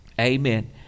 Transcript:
Amen